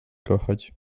kochać